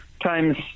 times